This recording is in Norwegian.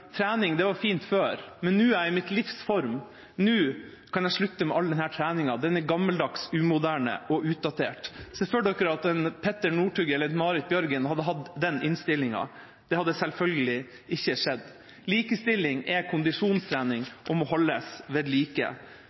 trening var fint før, men nå er jeg i mitt livs form, så nå kan jeg slutte med all denne treninga. Den er gammeldags, umoderne og utdatert. Se for dere at en Petter Northug eller en Marit Bjørgen hadde hatt den innstillinga. Det hadde selvfølgelig ikke skjedd. Likestilling er kondisjonstrening og må holdes ved like.